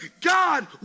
God